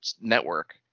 network